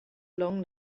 long